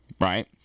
right